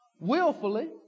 Willfully